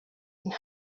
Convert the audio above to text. and